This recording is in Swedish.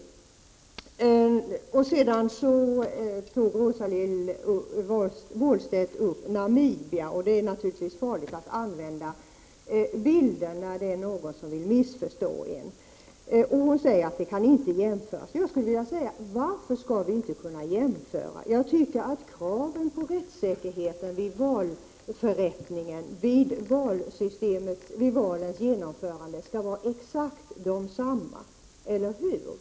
Rosa-Lill Wåhlstedt tog vidare upp min jämförelse med Namibia. Det är naturligtvis farligt att använda sig av bilder när någon vill missförstå en. Rosa-Lill Wåhlstedt säger att man inte kan göra den jämförelsen. Men varför skall vi inte kunna jämföra? Kraven på rättssäkerheten vid valförrättningen, vid valens genomförande, skall vara exakt desamma, eller hur?